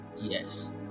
Yes